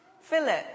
Philip